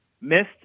missed